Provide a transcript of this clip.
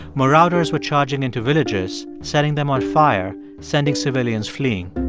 marauders were charging into villages, setting them on fire, sending civilians fleeing.